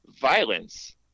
violence